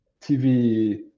TV